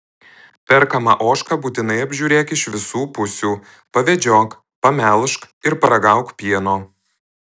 perkamą ožką būtinai apžiūrėk iš visų pusių pavedžiok pamelžk ir paragauk pieno